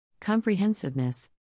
Comprehensiveness